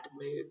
move